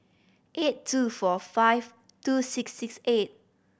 eight two four five two six six eight